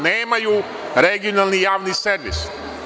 Nemaju regionalni javni servis.